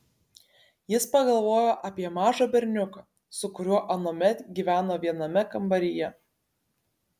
jis pagalvojo apie mažą berniuką su kuriuo anuomet gyveno viename kambaryje